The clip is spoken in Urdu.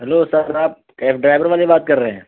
ہیلو سر آپ کیب ڈرائیور والے بات کر رہے ہیں